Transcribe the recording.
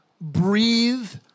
breathe